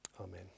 Amen